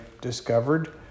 discovered